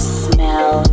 smell